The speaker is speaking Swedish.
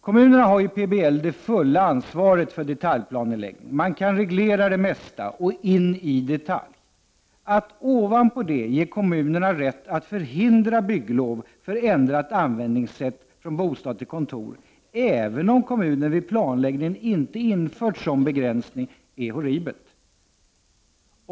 Kommunerna har i PBL det fulla ansvaret för detaljplaneläggning. Man kan reglera det mesta och in i detalj. Att ovanpå detta ge kommunerna rätt att förhindra bygglov för ändrat användningssätt, från bostad till kontor, även om kommunen vid planläggningen inte infört en sådan begränsning är horribelt.